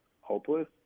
hopeless